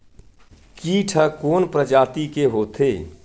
कीट ह कोन प्रजाति के होथे?